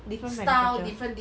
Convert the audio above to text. different manufacture